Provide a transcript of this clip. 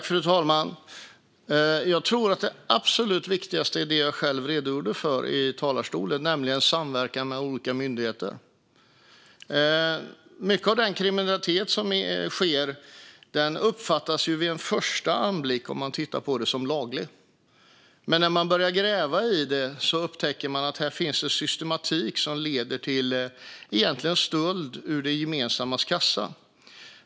Fru talman! Jag tror att det absolut viktigaste är det jag redogjorde för i talarstolen: samverkan mellan olika myndigheter. Mycket av den kriminalitet som sker uppfattas vid en första anblick som laglig. Men när man börjar gräva i det upptäcker man att det finns en systematik som leder till det som egentligen är stöld ur det gemensammas kassa.